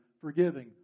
forgiving